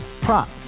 Prop